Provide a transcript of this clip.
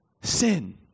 sin